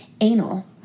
anal